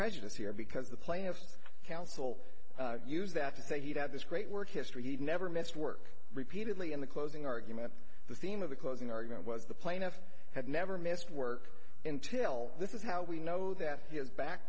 prejudice here because the plaintiffs counsel use that to say he had this great work history he never missed work repeatedly in the closing argument the theme of the closing argument was the plaintiff had never missed work intill this is how we know that he is back